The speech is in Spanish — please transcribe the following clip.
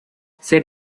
ser